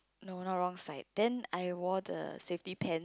no not wrong side then I wore the safety pants